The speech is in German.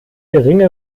geringe